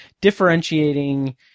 differentiating